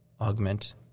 augment